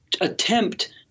attempt